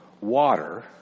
water